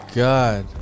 god